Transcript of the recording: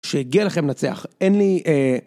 שהגיע לכם לנצח, אין לי...